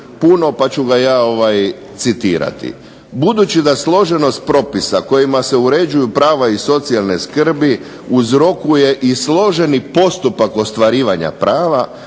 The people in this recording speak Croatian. puno, pa ću ga ja citirati. "Budući da složenost propisa kojima se uređuju prava iz socijalne skrbi uzrokuje i složeni postupak ostvarivanja prava